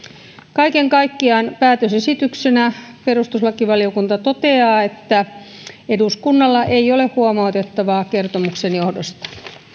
kaiken kaikkiaan päätösesityksenä perustuslakivaliokunta toteaa että eduskunnalla ei ole huomautettavaa kertomuksen johdosta